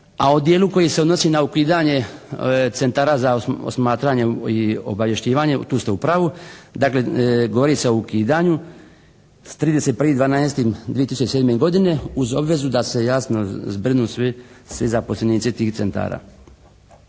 A o dijelu koji se odnosi na ukidanje centara za osmatranje i obavješćivanje tu ste u pravu. Dakle govori se o ukidanju sa 31.12.2007. godine uz obvezu da se jasno zbrinu svi zaposlenici tih centara.